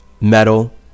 metal